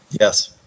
yes